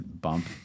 bump